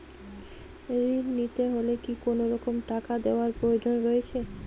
ঋণ নিতে হলে কি কোনরকম টাকা দেওয়ার প্রয়োজন রয়েছে?